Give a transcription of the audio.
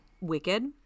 Wicked